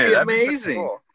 amazing